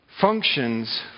Functions